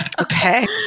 Okay